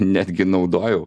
netgi naudojau